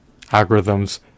algorithms